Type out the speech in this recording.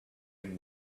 him